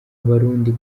abarundi